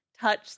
touch